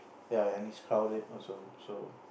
ya and it's crowded also so